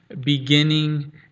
beginning